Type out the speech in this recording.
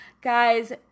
Guys